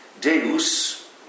Deus